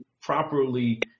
properly